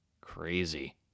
Crazy